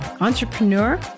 entrepreneur